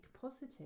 positive